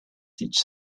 teach